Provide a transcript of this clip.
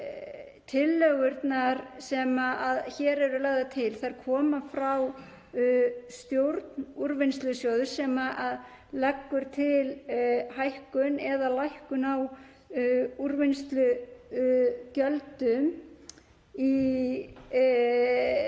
tillögurnar sem hér eru lagðar til koma frá stjórn Úrvinnslusjóðs sem leggur til hækkun eða lækkun á úrvinnslugjöldum í